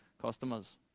customers